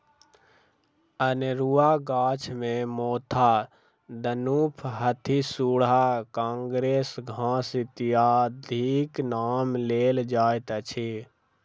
अनेरूआ गाछ मे मोथा, दनुफ, हाथीसुढ़ा, काँग्रेस घास इत्यादिक नाम लेल जाइत अछि